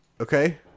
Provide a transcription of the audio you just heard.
okay